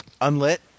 Unlit